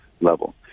level